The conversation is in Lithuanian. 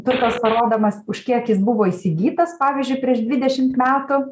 turtas parodomas už kiek jis buvo įsigytas pavyzdžiui prieš dvidešimt metų